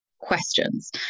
questions